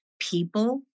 People